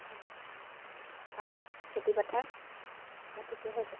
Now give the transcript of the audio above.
তাকেহে খেতিপথাৰ ঠিকে হৈছে